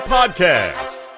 Podcast